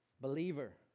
Believer